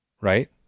Right